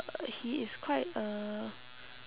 uh he is quite uh